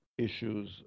Issues